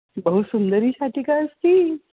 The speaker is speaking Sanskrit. बहु सुन्दरी शाटिका अस्ति